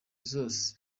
zose